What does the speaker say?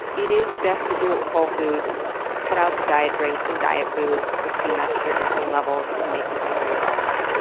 it is best to do it with whole foods and cut out the diet drinks and diet foods, which can mess with your insulin levels and make you hungrier also.